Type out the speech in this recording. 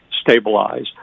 stabilize